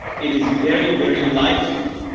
it is very, very lighty,